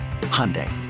hyundai